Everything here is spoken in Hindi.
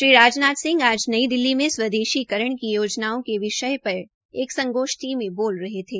श्री राजनाथ आज नई दिल्ली में स्वदेशीकरण की योजनाओं के विषय पर एक संगोष्ठी में बोल रहे थे